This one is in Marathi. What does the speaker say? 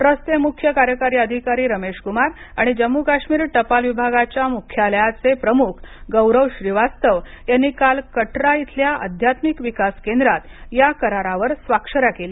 ट्रस्टचे मुख्य कार्यकारी अधिकारी रमेश कुमार आणि जम्मू काश्मीर टपाल विभागाच्या मुख्यालयाचे प्रमुख गौरव श्रीवास्तव यांनी काल कटरा इथल्या आध्यात्मिक विकास केंद्रात या करारावर स्वाक्षऱ्या केल्या